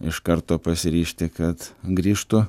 iš karto pasiryžti kad grįžtų